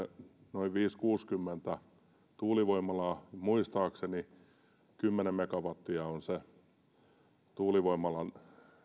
noin viisikymmentä viiva kuusikymmentä tuulivoimalaa muistaakseni ja kymmenen megawattia on se tuulivoimalan generaattorin teho